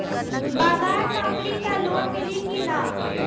बगर नौकरी क लोन मिली कि ना?